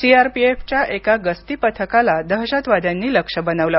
सीआरपीएफच्या एका गस्ती पथकाला दहशतवाद्यांनी लक्ष्य बनवलं